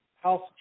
house